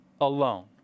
alone